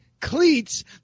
cleats